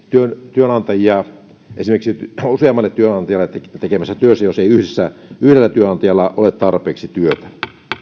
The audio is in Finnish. työnantajia esimerkiksi tehdessään useammalle työnantajalle työtä jos ei yhdellä työnantajalla ole tarpeeksi työtä